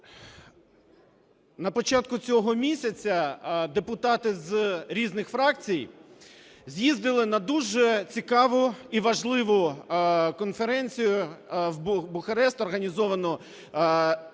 На початку цього місяця депутати з різних фракцій з'їздили на дуже цікаву і важливу конференцію в Бухарест, організовану